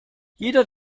jeder